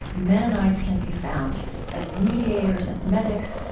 mennonites can be found as mediators and medics,